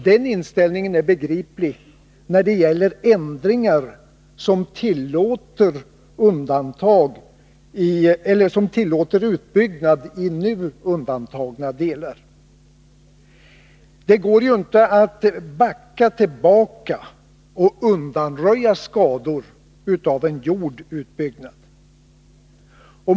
Den inställningen är begriplig när det gäller ändringar som tillåter utbyggnad i nu undantagna delar. Det går ju inte att backa tillbaka och undanröja skador av en gjord utbyggnad.